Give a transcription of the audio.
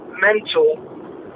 mental